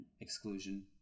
exclusion